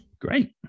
Great